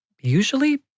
usually